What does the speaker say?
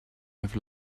have